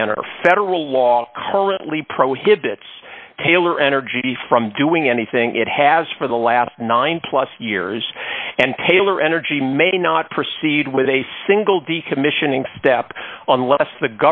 manner federal law currently prohibits taylor energy from doing anything it has for the last nine plus years and taylor energy may not proceed with a single decommissioning step on lest the